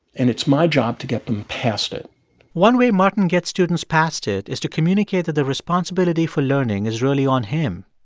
and it's my job to get them past it one way martin get students past it is to communicate that the responsibility for learning is really on him,